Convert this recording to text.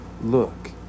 look